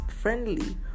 friendly